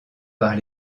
par